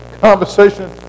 conversation